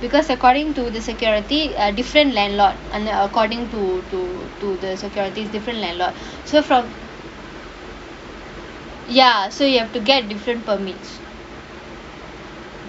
because according to the security uh different landlord according to to to the security different landlord so from ya so you have to get different permit